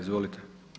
Izvolite.